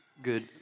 Good